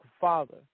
father